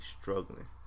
struggling